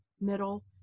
middle